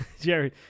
Jerry